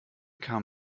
kam